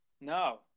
No